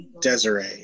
Desiree